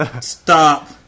Stop